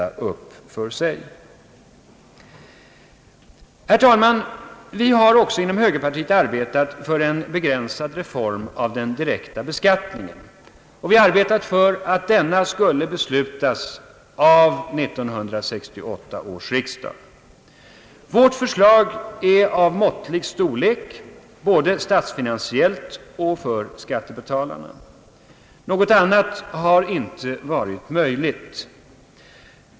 Herr talman! Vi har också inom högerpartiet arbetat för en begränsad reform av den direkta beskattningen, och vi har arbetat för att denna reform skulle beslutas av 1968 års riksdag. Vårt förslag är av måttlig storlek, både statsfinansiellt och för skattebetalarna. Något annat har inte varit möjligt.